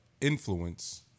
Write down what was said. Influence